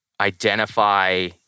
identify